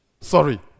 Sorry